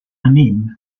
anime